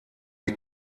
die